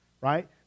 right